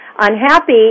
unhappy